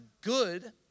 good